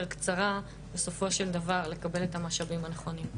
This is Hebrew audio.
קצרה בסופו של דבר לקבל את המשאבים הנכונים,